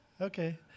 okay